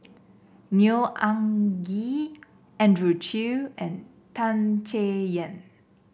Neo Anngee Andrew Chew and Tan Chay Yan